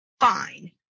fine